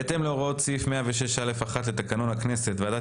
בהתאם להוראות סעיף 106(א)(1) לתקנון הכנסת הוועדה